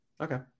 Okay